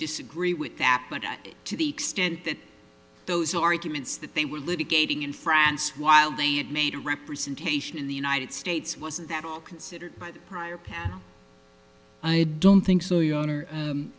disagree with that but to the extent that those arguments that they were litigating in france while they had made representation in the united states was that all considered by the prior panel i don't think